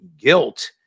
guilt